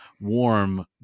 warm